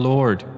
Lord